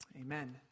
Amen